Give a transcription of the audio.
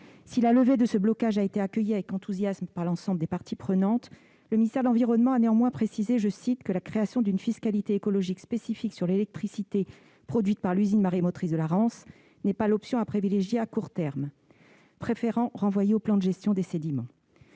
Si la levée de ce blocage a été accueillie avec enthousiasme par l'ensemble des parties prenantes, le ministère de l'environnement a néanmoins précisé que « la création d'une fiscalité écologique spécifique sur l'électricité produite par l'usine marémotrice de la Rance n'est pas l'option à privilégier à court terme », préférant renvoyer au plan de gestion des sédiments.